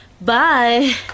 Bye